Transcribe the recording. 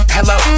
Hello